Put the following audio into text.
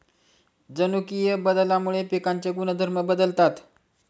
जनुकीय बदलामुळे पिकांचे गुणधर्म बदलतात